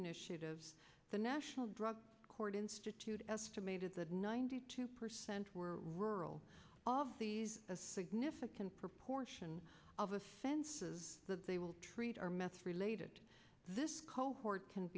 initiatives the national drug court institute estimated that ninety two percent were rural a significant proportion of a senses that they will treat are meth related this cohort can